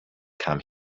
come